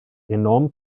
enorm